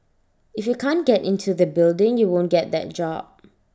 if you can't get into the building you won't get that job